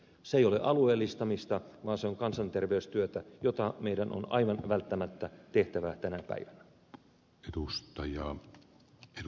se ei ole alueellistamista vaan se on kansanterveystyötä jota meidän on aivan välttämättä tehtävä tänä päivänä